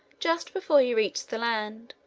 just before he reached the land,